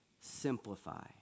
simplify